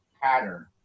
pattern